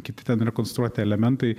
kiti ten rekonstruoti elementai